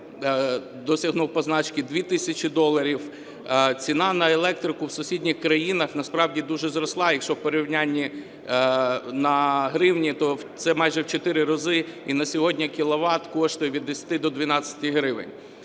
досягнув позначки 2 тисячі доларів, ціна на електрику в сусідніх країнах насправді дуже зросла, якщо в порівнянні на гривні, то це майже в чотири рази – і на сьогодні кіловат коштує від 10 до 12 гривень.